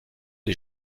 les